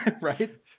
Right